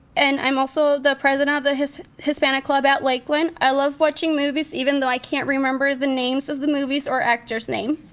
and i'm also the president of the hispanic hispanic club at lakeland. i love watching movies even though i can't remember the names of the movies or actor's names.